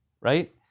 right